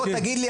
בוא תגיד לי,